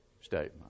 statement